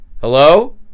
hello